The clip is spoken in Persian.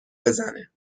بزنه